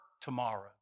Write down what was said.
tomorrow